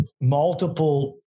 multiple